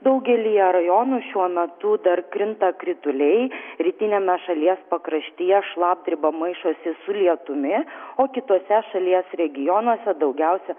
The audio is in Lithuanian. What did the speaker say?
daugelyje rajonų šiuo metu dar krinta krituliai rytiniame šalies pakraštyje šlapdriba maišosi su lietumi o kituose šalies regionuose daugiausia